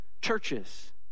Churches